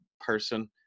person